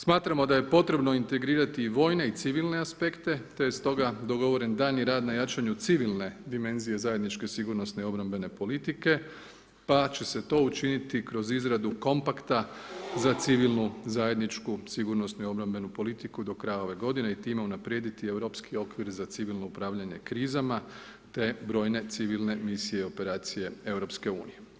Smatramo da je potrebno integrirati i vojne i civilne aspekte, te stoga dogovoren daljnji rad na jačanju civilne dimenzije zajedničke sigurnosne obrambene politike, pa će se to učiniti kroz izradu kompakta za civilnu zajedničku sigurnosnu i obrambenu politiku do kraja ove godine i time unaprijediti europski okvir za civilno upravljanje krizama, te brojne civilne misije i operacije EU.